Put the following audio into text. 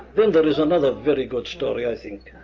then there is another very good story i think.